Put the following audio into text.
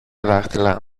δάχτυλα